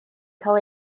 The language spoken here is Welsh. cael